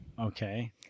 Okay